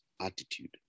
attitude